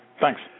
thanks